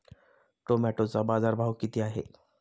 टोमॅटोचा बाजारभाव किती आहे?